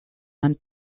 and